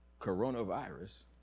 coronavirus